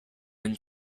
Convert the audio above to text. and